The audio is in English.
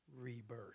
rebirth